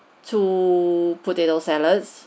two potato salads